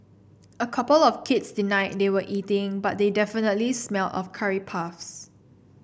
a couple of kids denied they were eating but they definitely smell of curry puffs